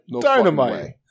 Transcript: dynamite